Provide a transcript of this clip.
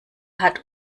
hat